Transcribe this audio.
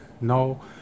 no